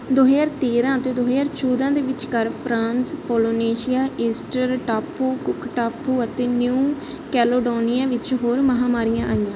ਦੋ ਹਜ਼ਾਰ ਤੇਰਾ ਅਤੇ ਦੋ ਹਜ਼ਾਰ ਚੌਦਾ ਦੇ ਵਿਚਕਾਰ ਫਰਾਂਸ ਪੋਲੀਨੇਸ਼ੀਆ ਈਸਟਰ ਟਾਪੂ ਕੁੱਕ ਟਾਪੂ ਅਤੇ ਨਿਊ ਕੈਲੇਡੋਨੀਆ ਵਿੱਚ ਹੋਰ ਮਹਾਂਮਾਰੀ ਆਈਆਂ